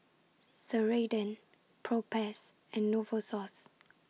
Ceradan Propass and Novosource